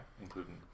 including